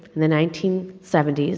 the nineteen seventy s,